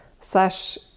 slash